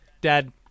dad